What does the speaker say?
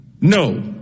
No